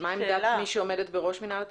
מה עמדת מי שעומדת בראש מינהל התכנון?